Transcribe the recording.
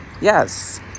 Yes